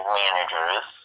managers